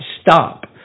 stop